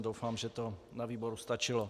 Doufám, že to na výboru stačilo.